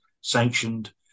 sanctioned